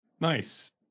Nice